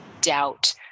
doubt